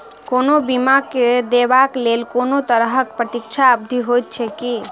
कोनो बीमा केँ दावाक लेल कोनों तरहक प्रतीक्षा अवधि होइत छैक की?